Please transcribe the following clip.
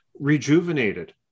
rejuvenated